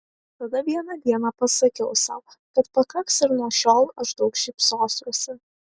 tada vieną dieną pasakiau sau kad pakaks ir nuo šiol aš daug šypsosiuosi